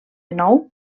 nou